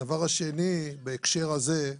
בהקשר הזה,